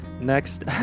Next